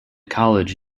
college